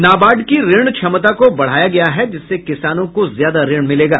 नाबार्ड की ऋण क्षमता को बढ़ाया गया है जिससे किसानों को ज्यादा ऋण मिलेगा